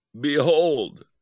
behold